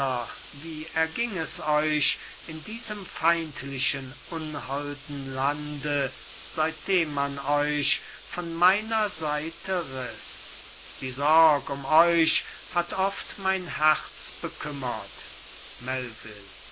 wie erging es euch in diesem feindlichen unholden lande seitdem man euch von meiner seite riß die sorg um euch hat oft mein herz bekümmert